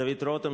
דוד רותם,